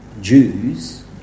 Jews